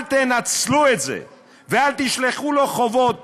אל תנצלו את זה ואל תשלחו לו חובות